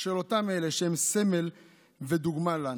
של אותם אלה שהם סמל ודוגמה לנו.